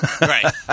Right